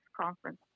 conference